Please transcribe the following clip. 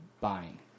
buying